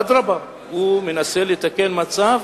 אדרבה, היא מנסה לתקן מצב,